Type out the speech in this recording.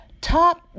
Top